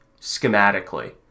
schematically